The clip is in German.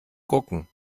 gucken